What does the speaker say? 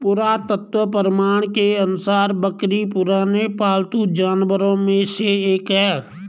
पुरातत्व प्रमाण के अनुसार बकरी पुराने पालतू जानवरों में से एक है